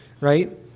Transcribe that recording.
right